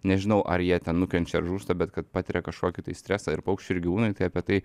nežinau ar jie ten nukenčia ar žūsta bet kad patiria kažkokį tai stresą ir paukščiai ir gyvūnei tai apie tai